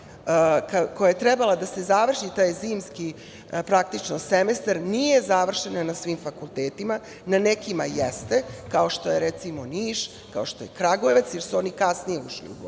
kojom je trebao da se završi taj zimski semestar nije završena na svim fakultetima. Na nekim jeste, kao što je recimo Niš, kao što je Kragujevac, jer su oni kasnije ušli